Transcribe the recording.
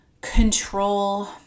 control